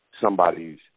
somebody's